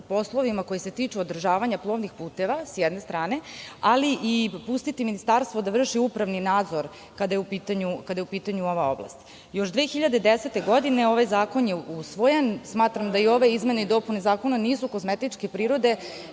poslovima koji se tiču održavanja plovnih puteva, s jedne strane, ali i pustiti Ministarstvo da vrši upravni nadzor kada je u pitanju ova oblast. Još 2010. godine ovaj zakon je usvojen. Smatram da i ove izmene i dopune zakona nisu kozmetičke prirode